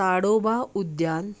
ताडोबा उद्यान